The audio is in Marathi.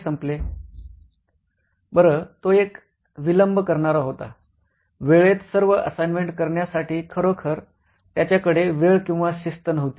बरं तो एक विलंब करणारा होता वेळेत सर्व असाइनमेंट करण्यासाठी खरोखर त्याच्याकडे वेळ किंवा शिस्त नव्हती